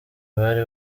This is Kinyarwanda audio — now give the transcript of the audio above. bari